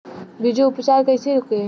बीजो उपचार कईसे होखे?